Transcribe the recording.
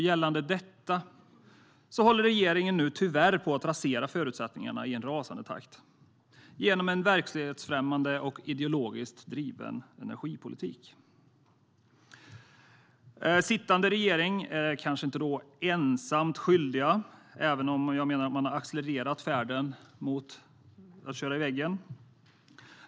Gällande detta håller regeringen nu tyvärr på att rasera förutsättningarna i en rasande takt genom en verklighetsfrämmande och ideologiskt driven energipolitik. Sittande regering är kanske inte ensam skyldig, även om jag menar att man har accelererat färden mot väggen.